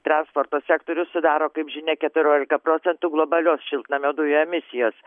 transporto sektorių sudaro kaip žinia keturiolika procentų globalios šiltnamio dujų emisijos